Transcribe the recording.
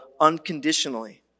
unconditionally